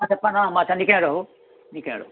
अच्छा प्रणाम अच्छा नीकेँ रहू नीकेँ रहू